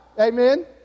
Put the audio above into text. amen